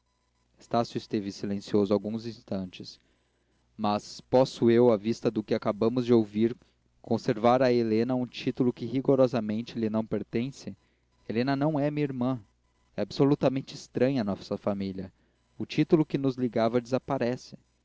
estácio esteve silencioso alguns instantes mas posso eu à vista do que acabamos de ouvir conservar a helena um título que rigorosamente lhe não pertence helena não é minha irmã é absolutamente estranha à nossa família o título que nos ligava desaparece